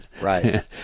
Right